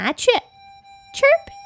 chirp